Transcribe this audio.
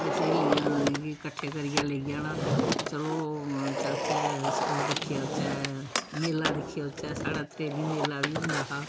स्हेलियां गी कट्ठे करियै लेई जाना चलो चलचे ओह् दिक्खी आचे मेला दिक्खी आचे साढ़े त्रेली मेला बी हुंदा हा